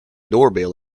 doorbell